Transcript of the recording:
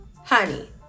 Honey